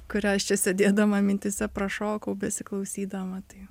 kurią aš čia sėdėdama mintyse prašokau besiklausydama tai